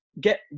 Get